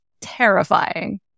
terrifying